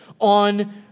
on